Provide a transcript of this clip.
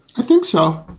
i think so.